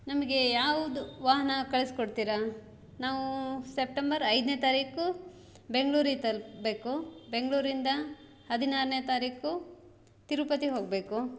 ನಮಗೇ ಯಾವುದು ವಾಹನ ಕಳಿಸ್ಕೊಡ್ತೀರ ನಾವೂ ಸೆಪ್ಟೆಂಬರ್ ಐದನೇ ತಾರೀಕು ಬೆಂಗ್ಳೂರಿಗೆ ತಲುಪಬೇಕು ಬೆಂಗಳೂರಿಂದ ಹದಿನಾರನೇ ತಾರೀಕು ತಿರುಪತಿಗೆ ಹೋಗಬೇಕು